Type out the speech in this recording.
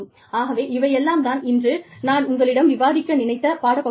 ஆகவே இவை எல்லாம் தான் இன்று நான் உங்களிடம் விவாதிக்க நினைத்த பாடப் பகுதிகள்